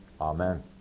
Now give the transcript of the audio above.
Amen